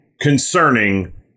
concerning